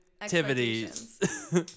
activities